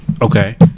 Okay